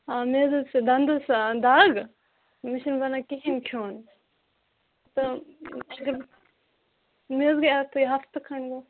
آ مےٚ حظ ٲس دَنٛدَس دَگ مےٚ چھَنہٕ بَنان کِہیٖنۍ کھیوٚن تہٕ مےٚ حظ گٔے اَتھ ہَفتہٕ کھَنٛڈ